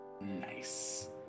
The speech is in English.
Nice